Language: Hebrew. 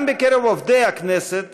גם בקרב עובדי הכנסת